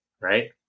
right